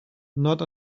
not